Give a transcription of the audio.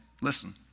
listen